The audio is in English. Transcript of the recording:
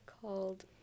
called